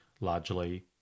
largely